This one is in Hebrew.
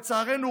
לצערנו,